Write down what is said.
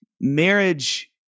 marriage